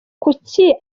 kuki